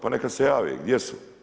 Pa neka se jave, gdje su?